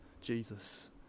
Jesus